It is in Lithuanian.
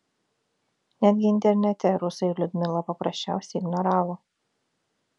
netgi internete rusai liudmilą paprasčiausiai ignoravo